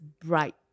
bright